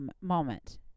moment